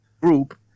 group